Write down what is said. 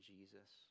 Jesus